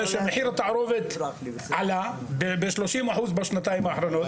שמחיר התערובת עלה ב-30% בשנתיים האחרונות,